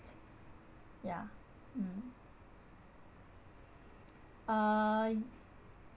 yeah mm uh